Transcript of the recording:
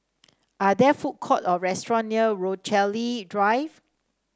are there food court or restaurant near Rochalie Drive